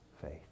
faith